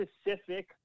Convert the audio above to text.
specific